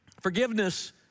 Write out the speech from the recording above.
Forgiveness